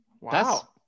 Wow